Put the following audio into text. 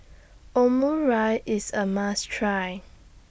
Omurice IS A must Try